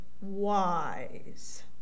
wise